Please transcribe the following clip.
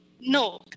No